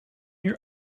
your